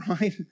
right